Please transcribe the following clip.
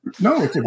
No